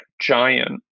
giant